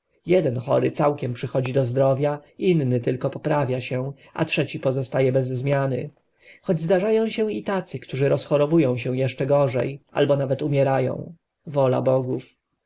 jeden chory całkiem przychodzi do zdrowia inny tylko poprawia się a trzeci pozostaje bez zmiany choć zdarzają się i tacy którzy rozchorowują się jeszcze gorzej albo nawet umierają wola bogów